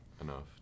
enough